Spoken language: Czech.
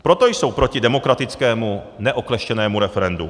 Proto jsou proti demokratickému, neokleštěnému referendu.